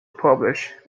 published